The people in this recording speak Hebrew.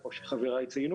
כמו שחבריי ציינו